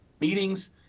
Meetings